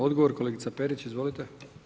Odgovor kolegica Perić, izvolite.